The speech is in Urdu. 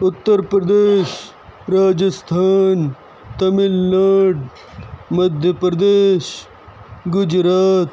اترپردیش راجستھان تمل ناڈو مدھیہ پردیش گجرات